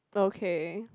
okay